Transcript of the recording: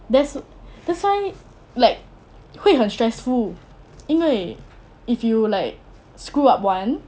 that's that's why like 会很 stressful 因为 if you like screw up one